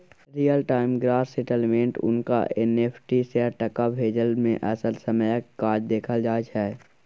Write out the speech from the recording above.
real time gross सेटलमेंटक उनटा NFT सँ टका भेजय मे असल समयक काज देखल जाइ छै